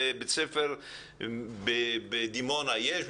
בבית ספר בדימונה יש,